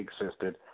existed